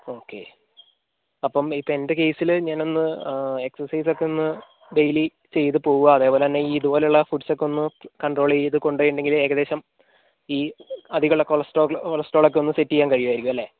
okay അപ്പം ഇപ്പോൾ എൻ്റെ കേസിൽ ഞാനൊന്ന് എക്സർസൈസ് ഒക്കെ ഒന്ന് ഡെയ്ലി ചെയ്തുപോവുക അതേപോലെതന്നെ ഇതുപോലെയുള്ള ഫൂഡ്സ് ഒക്കെ ഒന്ന് കണ്ട്രോൾ ചെയ്ത് കൊണ്ടുപോയിട്ടുണ്ടെങ്കിൽ ഏകദേശം ഈ അധികമുള്ള കൊളസ്ട്രോൾ കൊളസ്ട്രോൾ ഒക്കെ ഒന്ന് സെറ്റ് ചെയ്യാൻ കഴിയുമായിരിക്കും അല്ലേ